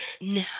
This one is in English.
No